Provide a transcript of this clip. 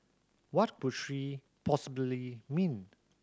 what could she possibly mean